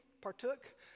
partook